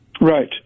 Right